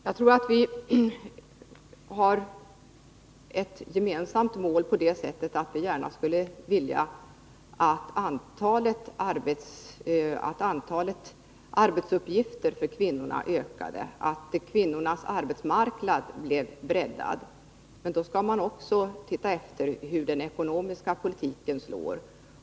Jagtror att vi har ett gemensamt mål på det sättet att vi gärna skulle vilja att antalet jobb för kvinnorna ökar och att kvinnornas arbetsmarknad blir vidgad. Men då skall man också se hur den ekonomiska politiken verkar.